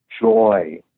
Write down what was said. joy